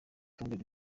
urutonde